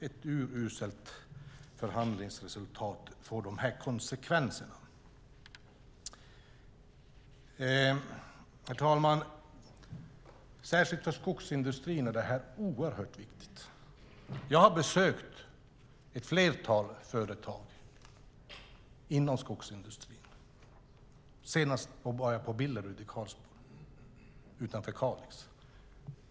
Ett uruselt förhandlingsresultat får de här konsekvenserna. Herr talman! Det här är oerhört viktigt särskilt för skogsindustrin. Jag har besökt ett flertal företag inom skogsindustrin, senast var jag på Billerud utanför Kalix.